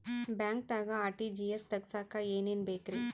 ಬ್ಯಾಂಕ್ದಾಗ ಆರ್.ಟಿ.ಜಿ.ಎಸ್ ತಗ್ಸಾಕ್ ಏನೇನ್ ಬೇಕ್ರಿ?